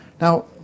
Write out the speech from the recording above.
Now